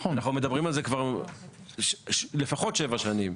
אנחנו מדברים על זה כבר לפחות שבע שנים.